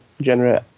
generate